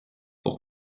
pour